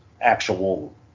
actual